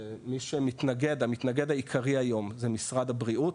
המתנגד העיקרי היום זה משרד הבריאות,